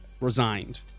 resigned